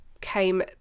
came